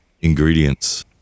ingredients